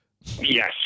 yes